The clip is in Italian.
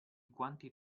quanti